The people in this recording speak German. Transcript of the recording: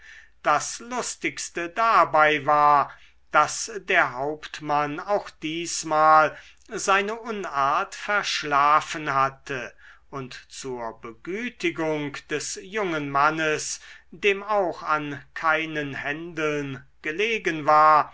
das lustigste dabei war daß der hauptmann auch diesmal seine unart verschlafen hatte und zur begütigung des jungen mannes dem auch an keinen händeln gelegen war